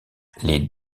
les